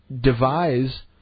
devise